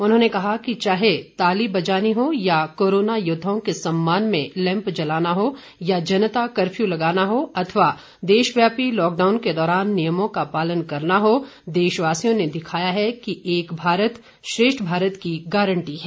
उन्होंने कहा कि चाहे ताली बजानी हो या कोरोना योद्दाओं के सम्मान में लैम्प जलाना हो या जनता कर्फ्यू लगाना हो अथवा देशव्यांपी लॉकडाउन के दौरान नियमों का पालन करना हो देशवासियों ने दिखाया है कि एक भारत श्रेष्ठ भारत की गारंटी है